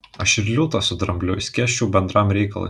aš ir liūtą su drambliu išskėsčiau bendram reikalui